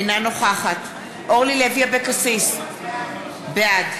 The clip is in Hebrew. אינה נוכחת אורלי לוי אבקסיס, בעד